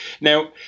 Now